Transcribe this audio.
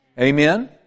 Amen